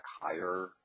higher